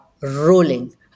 rolling